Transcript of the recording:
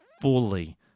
fully